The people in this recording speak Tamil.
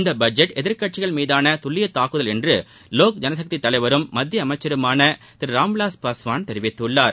இந்த பட்ஜெட் எதிர்க்கட்சிகள் மீதான துல்லிய தாக்குதல் என்று லோக் ஜனசக்தி தலைவரும் மத்திய அமைச்சருமான திரு ராம்விலாஸ் பாஸ்வான் தெரிவித்துள்ளார்